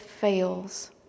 Fails